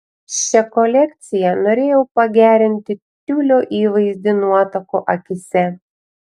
šia kolekcija norėjau pagerinti tiulio įvaizdį nuotakų akyse